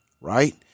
right